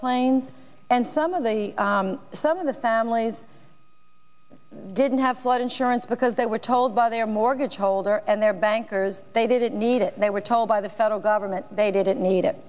plains and some of the some of the families didn't have flood insurance because they were told by their mortgage holder and their bankers they didn't need it they were told by the federal government they didn't need it